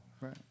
Right